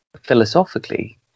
philosophically